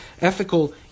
ethical